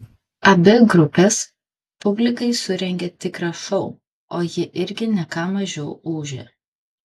abi grupės publikai surengė tikrą šou o ji irgi ne ką mažiau ūžė